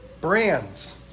Brands